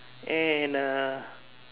and a